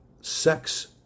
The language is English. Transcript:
sex